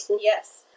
Yes